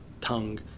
tongue